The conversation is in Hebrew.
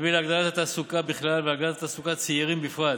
להביא להגדלת התעסוקה בכלל והגדלת תעסוקת צעירים בפרט: